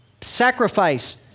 sacrifice